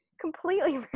Completely